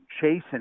chasing